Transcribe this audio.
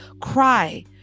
Cry